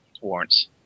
warrants